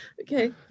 Okay